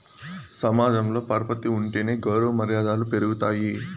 సమాజంలో పరపతి ఉంటేనే గౌరవ మర్యాదలు పెరుగుతాయి